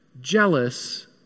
jealous